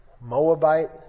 Moabite